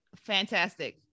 Fantastic